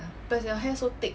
but your hair so thick